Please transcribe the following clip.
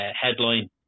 headline